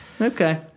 Okay